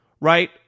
right